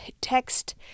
text